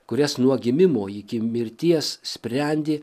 kurias nuo gimimo iki mirties sprendė